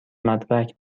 مدرک